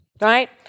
right